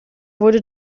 wurde